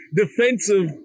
defensive